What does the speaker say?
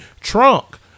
trunk